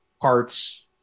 parts